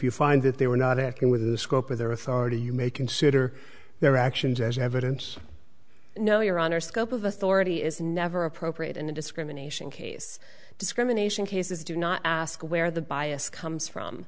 you find that they were not acting within the scope of their authority you may consider their actions as evidence no your honor scope of authority is never appropriate in the discrimination case discrimination cases do not ask where the bias comes from